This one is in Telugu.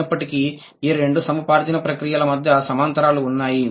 అయినప్పటికీ ఈ రెండు సముపార్జన ప్రక్రియల మధ్య సమాంతరాలు ఉన్నాయి